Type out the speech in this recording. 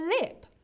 lip